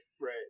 right